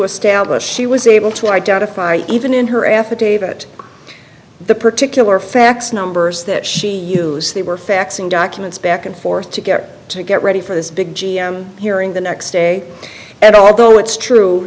establish she was able to identify even in her affidavit the particular fax numbers that she used they were faxing documents back and forth to get to get ready for this big g m hearing the next day and although it's true